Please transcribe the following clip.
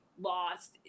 lost